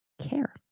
care